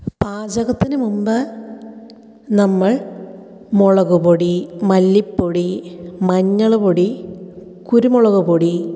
പാചകത്തിനു മുമ്പ് നമ്മൾ മുളകുപൊടി മല്ലിപ്പൊടി മഞ്ഞൾ പൊടി കുരുമുളകുപൊടി